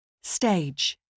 Stage